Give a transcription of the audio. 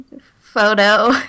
photo